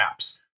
apps